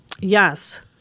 Yes